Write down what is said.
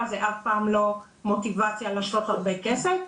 זה אף פעם לא מוטיבציה לעשות הרבה כסף.